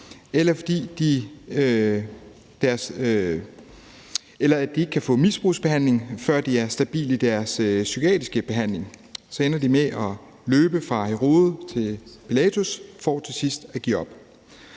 eller fordi de ikke kan få misbrugsbehandling, før de er stabile i deres psykiatriske behandling. Så ender de med at løbe fra Herodes til Pilatus for til sidst at give op.